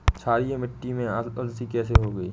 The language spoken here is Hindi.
क्षारीय मिट्टी में अलसी कैसे होगी?